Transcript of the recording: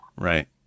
Right